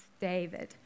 David